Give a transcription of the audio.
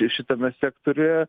šitame sektoriuje